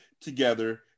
together